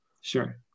Sure